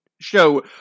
Show